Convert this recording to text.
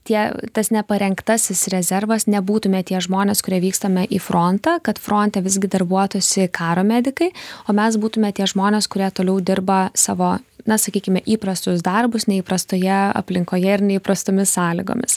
tie tas neparengtasis rezervas nebūtume tie žmonės kurie vykstame į frontą kad fronte visgi darbuotųsi karo medikai o mes būtume tie žmonės kurie toliau dirba savo na sakykime įprastus darbus neįprastoje aplinkoje ir neįprastomis sąlygomis